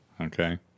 okay